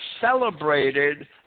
celebrated